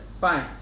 Fine